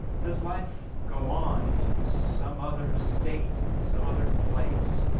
does life go on in some other state or in some other place?